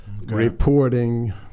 reporting